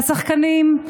השחקנים,